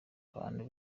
abantu